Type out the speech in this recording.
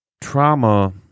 trauma